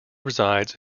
resides